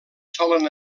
solen